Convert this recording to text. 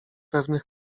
pewnych